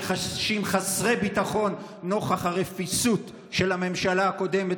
שחשים חסרי ביטחון נוכח הרפיסות של הממשלה הקודמת